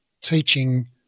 teaching